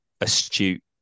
astute